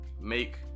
make